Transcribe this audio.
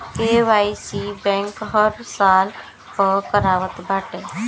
KYC bank हर साल पअ करावत बाटे